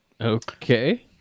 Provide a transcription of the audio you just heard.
Okay